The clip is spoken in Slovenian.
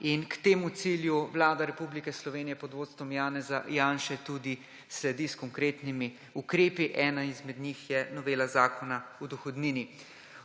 neto plače. Vlada Republike Slovenije pod vodstvom Janeza Janše temu tudi sledi s konkretnimi ukrepi. Eden izmed njih je novela Zakona o dohodnini.